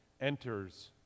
enters